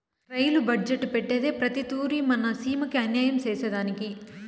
rail budget పెట్టేదే ప్రతి తూరి మన సీమకి అన్యాయం సేసెదానికి